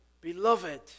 Beloved